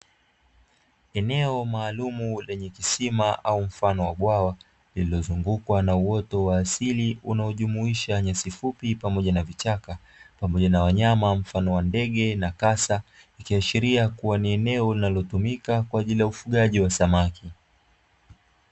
Eneo maalumu lenye kisima au bwawa pamoja na ndege au kasa linalotumika kwa ufugaji wa samaki